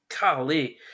Golly